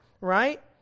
right